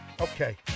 Okay